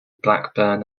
blackburn